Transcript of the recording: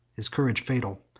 his courage fatal,